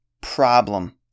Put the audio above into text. problem